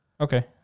Okay